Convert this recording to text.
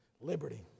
Liberty